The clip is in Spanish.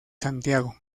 santiago